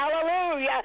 Hallelujah